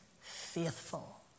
faithful